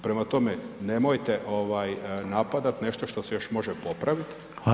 Prema tome, nemojte napadat nešto što se još može popraviti.